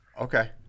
Okay